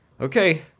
okay